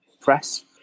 Press